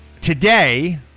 Today